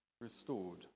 restored